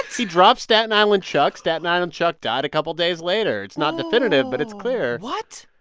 he dropped staten island chuck. staten island chuck died a couple days later. it's not definitive, but it's clear what?